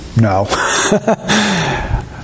No